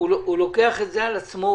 הוא לוקח את זה על עצמו,